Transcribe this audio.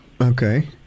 Okay